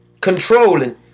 controlling